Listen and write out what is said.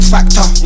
Factor